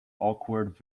awkward